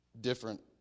different